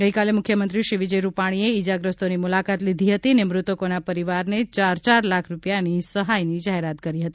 ગઈકાલે મુખ્યમંત્રી શ્રી વિજય રૂપાણીએ ઇજાગ્રસ્તોની મુલાકાત લીધી હતી અને મ્રતકોના પરિવારને ચાર ચાર લાખ રૂપિયાની સહાયની જાહેરાત કરી હતી